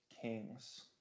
Kings